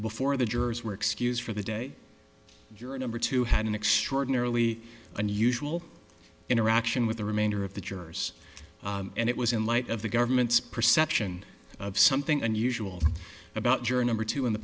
before the jurors were excused for the day your number two had an extraordinarily unusual interaction with the remainder of the jurors and it was in light of the government's perception of something unusual about journal or to in the